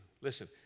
Listen